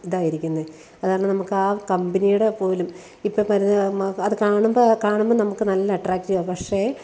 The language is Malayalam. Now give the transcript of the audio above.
ഇതായിരിക്കുന്നത് അതു കാരണം നമുക്ക് ആ കമ്പനിയുടെ പോലും ഇപ്പം പറയുന്നത് അത് കാണുമ്പം കാണുമ്പം നമുക്ക് നല്ല അട്ട്രാക്ടീവാണ് പക്ഷേ